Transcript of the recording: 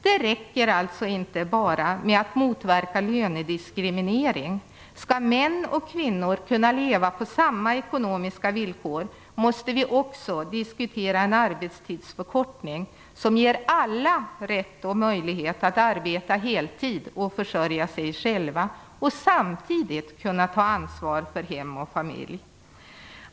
Det räcker alltså inte att motverka lönediskriminering. Om män och kvinnor skall kunna leva på samma ekonomiska villkor måste vi också diskutera en arbetstidsförkortning som ger alla rätt och möjlighet att arbeta heltid och försörja sig själva och som samtidigt ger alla möjlighet att ta ansvar för hem och familj.